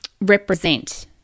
represent